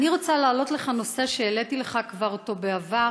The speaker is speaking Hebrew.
אני רוצה להעלות בפניך נושא שהעליתי אותו כבר בעבר,